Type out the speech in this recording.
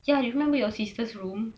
ya you remember your sister's room